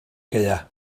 gaeaf